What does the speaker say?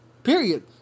Period